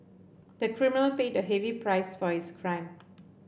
the criminal paid a heavy price for his crime